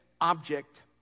object